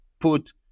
put